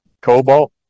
Cobalt